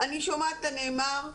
שומעת את הנאמר,